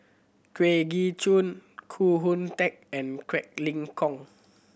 Kwa Geok Choo Koh Hoon Teck and Quek Ling Kiong